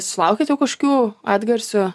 sulaukėt jau kažkokių atgarsių